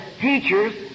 teachers